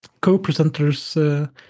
co-presenters